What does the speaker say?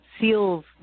SEALs